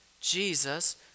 jesus